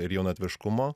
ir jaunatviškumo